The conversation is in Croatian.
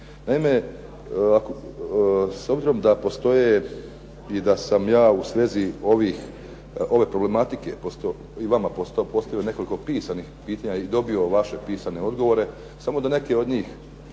Naime, s obzirom da postoje i da sam ja u svezi ove problematike vama postavio nekoliko pisanih pitanja i dobio vaše pisane odgovore, samo da neke od njih